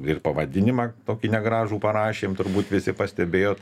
ir pavadinimą tokį negražų parašėm turbūt visi pastebėjot